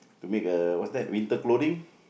to make the what's that winter clothing